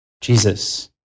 Jesus